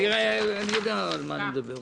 אני יודע על מה אני מדבר.